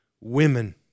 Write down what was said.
women